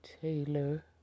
Taylor